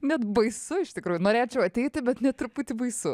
net baisu iš tikrųjų norėčiau ateiti bet net truputį baisu